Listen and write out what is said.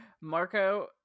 Marco